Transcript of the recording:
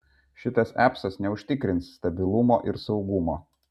šitas apsas neužtikrins stabilumo ir saugumo